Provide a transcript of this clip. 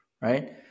right